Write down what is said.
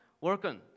working